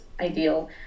ideal